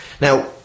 Now